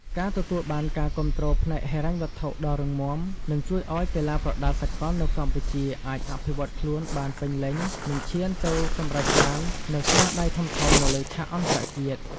ការទទួលបានការគាំទ្រផ្នែកហិរញ្ញវត្ថុដ៏រឹងមាំ នឹងជួយឲ្យកីឡាប្រដាល់សកលនៅកម្ពុជាអាចអភិវឌ្ឍខ្លួនបានពេញលេញ និងឈានទៅសម្រេចបាននូវស្នាដៃធំៗនៅលើឆាកអន្តរជាតិ។